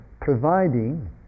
providing